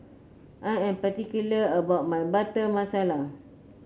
I am particular about my Butter Masala